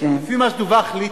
לפי מה שדווח לי,